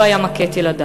הוא לא היה מכה את ילדיו.